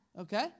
Okay